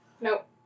Nope